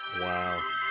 Wow